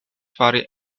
fari